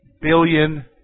billion